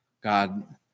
God